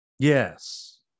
Yes